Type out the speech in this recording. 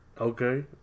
Okay